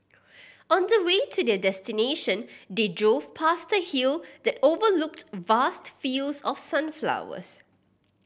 on the way to their destination they drove past a hill that overlooked vast fields of sunflowers